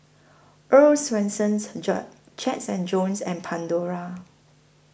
Earl's Swensens Jack chairs and Jones and Pandora